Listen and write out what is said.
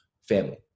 family